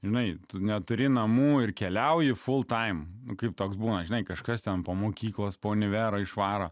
žinai tu neturi namų ir keliauji fultaim kaip toks buvo žinai kažkas tampo mokyklos po univero išvaro